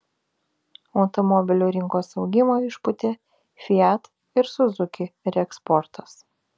automobilių rinkos augimą išpūtė fiat ir suzuki reeksportas